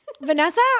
Vanessa